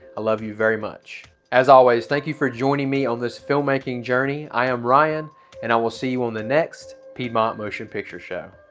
i love you very much as always thank you for joining me on this filmmaking journey. i am ryan and i will see you on the next piedmont motion picture show